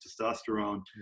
testosterone